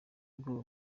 ubwoba